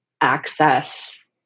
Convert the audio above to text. access